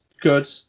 good